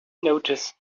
noticed